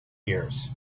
years